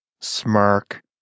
smirk